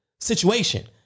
Situation